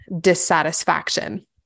dissatisfaction